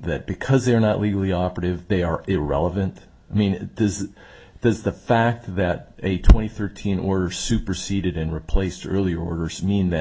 that because they are not legally operative they are irrelevant i mean there is there's the fact that a twenty thirteen or superceded and replaced earlier orders mean that